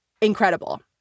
Incredible